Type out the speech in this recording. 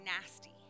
nasty